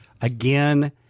again